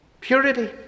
purity